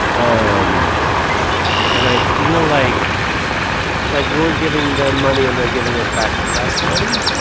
um and i feel like like we're giving them money, and they're giving us back less money.